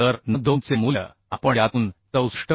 तर n2 चे मूल्य आपण यातून 64